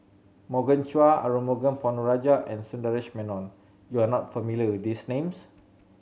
Morgan Chua Arumugam Ponnu Rajah and Sundaresh Menon you are not familiar with these names